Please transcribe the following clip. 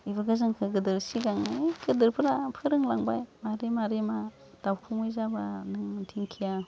इफोरखो जोंखो गोदो सिगांनो गोदोरफोरा फोरोंलांबाय मारै मारै मा दावखुमै जाबा नों दिंखिया